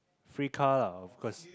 free car lah of course